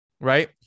right